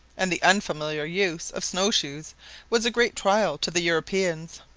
and the unfamiliar use of snowshoes was a great trial to the europeans.